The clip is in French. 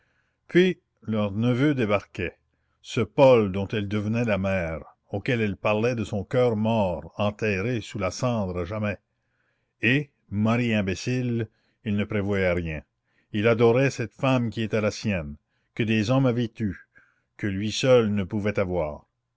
puis leur neveu débarquait ce paul dont elle devenait la mère auquel elle parlait de son coeur mort enterré sous la cendre à jamais et mari imbécile il ne prévoyait rien il adorait cette femme qui était la sienne que des hommes avaient eue que lui seul ne pouvait avoir